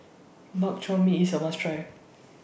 Bak Chor Mee IS A must Try